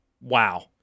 wow